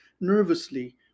nervously